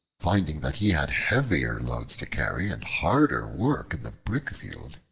finding that he had heavier loads to carry and harder work in the brick-field,